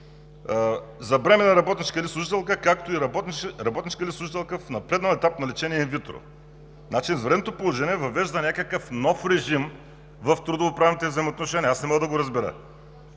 „…за бременна работничка или служителка, както и работничка или служителка в напреднал етап на лечение инвитро“ – значи извънредното положение въвежда някакъв нов режим в трудово-правните взаимоотношения?! Аз не мога да го разбера.